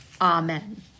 Amen